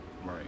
Right